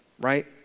right